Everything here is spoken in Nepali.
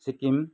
सिक्किम